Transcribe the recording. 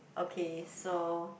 okay so